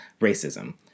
racism